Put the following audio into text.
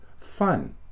fun